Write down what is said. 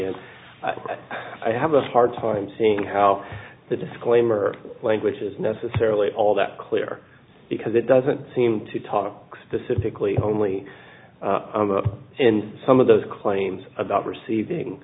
and i have a hard time seeing how the disclaimer language is necessarily all that clear because it doesn't seem to talk specifically only in some of those claims about receiving